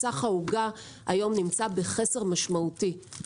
סך העוגה היום נמצא בחסר משמעותי.